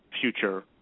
future